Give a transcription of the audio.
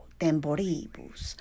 temporibus